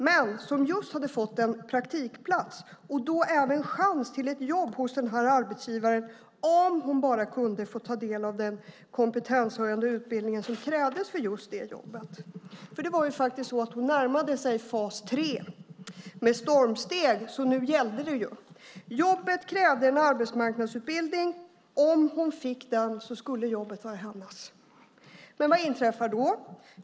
Hon hade just fått en praktikplats och då även chans till ett jobb hos den arbetsgivaren om hon bara kunde få ta del av den kompetenshöjande utbildning som krävdes för just det jobbet. Det var faktiskt så att hon närmade sig fas 3 med stormsteg, så nu gällde det ju. Jobbet krävde en arbetsmarknadsutbildning - om hon fick den skulle jobbet vara hennes. Men vad inträffar då?